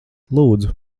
lūdzu